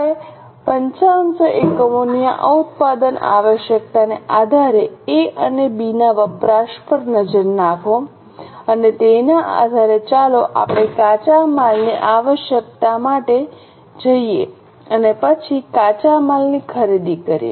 હવે 5500 એકમોની આ ઉત્પાદન આવશ્યકતાને આધારે એ અને બી ના વપરાશ પર નજર નાખો અને તેના આધારે ચાલો આપણે કાચા માલની આવશ્યકતા માટે જઈએ અને પછી કાચા માલની ખરીદી કરીએ